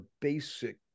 basic